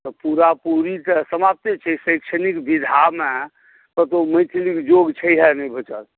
तऽ पूरा पूरी तऽ समाप्ते छै शैक्षणिक विधामे कतहु मैथिलीके जोड़ छैहे नहि भेटत